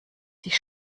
sich